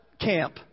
camp